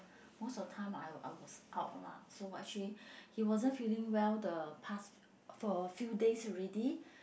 most of the time I I was out lah so actually he wasn't feeling well the pass for a few days already